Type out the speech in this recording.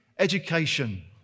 Education